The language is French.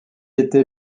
été